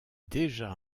déjà